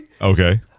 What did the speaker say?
Okay